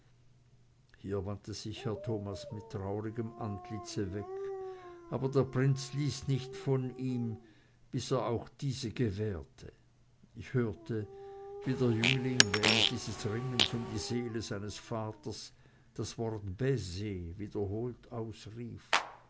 hier wandte sich herr thomas mit traurigem antlitze weg aber der prinz ließ nicht von ihm bis er auch diese gewährte ich hörte wie der jüngling während dieses ringens um die seele seines vaters das wort baiser wiederholt ausrief